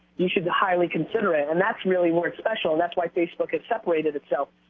you should highly consider it and that's really more special and that's why facebook has separated itself.